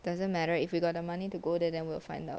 it doesn't matter if you got the money to go there then we'll find out